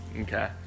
Okay